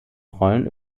rollen